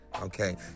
Okay